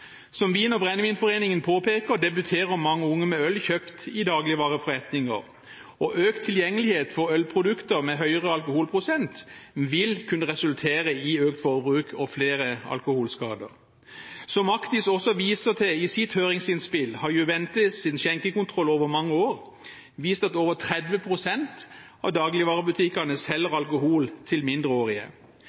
Som Vin- og brennevinforeningen påpeker, debuterer mange unge med øl kjøpt i dagligvareforretninger. Økt tilgjengelighet til ølprodukter med høyere alkoholprosent vil kunne resultere i økt forbruk og flere alkoholskader. Som Actis også viser til i sitt høringsinnspill, har Juventes skjenkekontroll over mange år vist at over 30 pst. av dagligvarebutikkene selger alkohol til mindreårige.